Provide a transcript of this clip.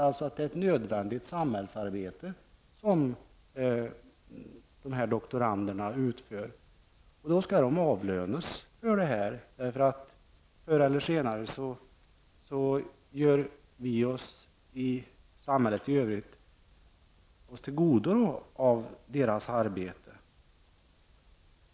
Det är ett nödvändigt samhällsarbete som dessa doktorander utför. Då skall de avlönas för detta. Förr eller senare kan vi övriga i samhället tillgodogöra oss deras arbete.